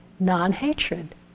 non-hatred